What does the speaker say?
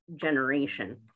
generation